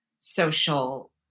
social